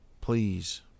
Please